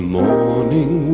morning